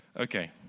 Okay